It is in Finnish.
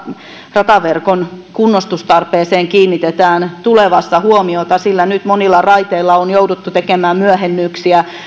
rataverkon kunnostustarpeeseen kiinnitetään tulevassa huomiota sillä nyt monilla raiteilla on jouduttu tekemään myöhennyksiä